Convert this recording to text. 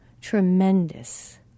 tremendous